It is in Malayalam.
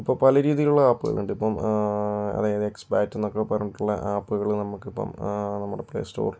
ഇപ്പം പല രീതിയിലുള്ള ആപ്പുകളുണ്ട് അതായത് എക്സ്ബാക്റ്റ് എന്നൊക്കെ പറഞ്ഞിട്ടുള്ള ആപ്പുകൾ നമുക്ക് ഇപ്പം നമ്മുടെ പ്ലേസ്റ്റോറിലും